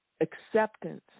acceptance